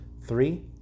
Three